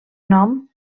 nom